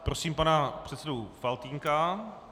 Prosím pana předsedu Faltýnka.